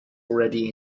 already